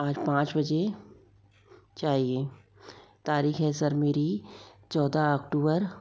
आज पाँच बजे चाहिए तारीख है सर मेरी चौदह ओक्टोबर